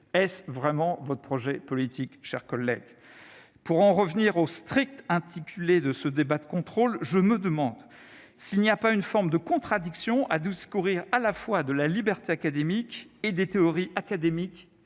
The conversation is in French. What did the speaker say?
est-ce vraiment votre projet politique, chers collègues, pour en revenir au strict intitulé de ce débat, de contrôle, je me demande s'il n'y a pas une forme de contradiction à 12 courir à la fois de la liberté académique et des théories académique